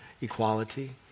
equality